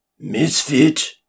Misfit